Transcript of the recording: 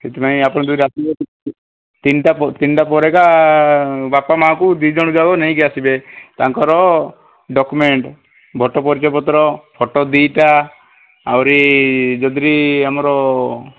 ସେଥିପାଇଁ ଆପଣ ଯଦି ଆସିବେ ତିନିଟା ପ ତିନିଟା ପରେ ଏକା ବାପା ମାଆଙ୍କୁ ଦୁଇଜଣ ଯାକ ନେଇକି ଆସିବେ ତାଙ୍କର ଡକ୍ୟୁମେଣ୍ଟ୍ ଭୋଟ୍ ପରିଚୟ ପତ୍ର ଫଟୋ ଦୁଇଟା ଅହୁରୀ ଯଦି ଆମର